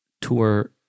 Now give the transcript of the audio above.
tour